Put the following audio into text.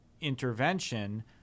intervention